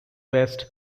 west